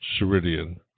Ceridian